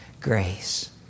grace